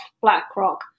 BlackRock